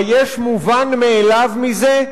היש מובן מאליו מזה?